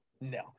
no